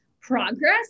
progress